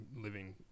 Living